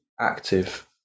active